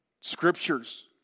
scriptures